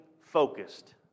focused